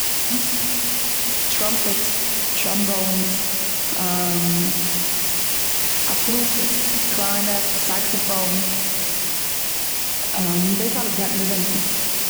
טראמפעטס, טראמבאונס, א פלוט, קלארינעט, סעקסיפאון, דאס אלעס גייט מיט די ווינט.